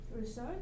research